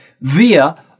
via